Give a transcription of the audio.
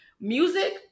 music